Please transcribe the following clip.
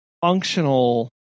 functional